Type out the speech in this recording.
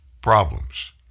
problems